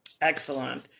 Excellent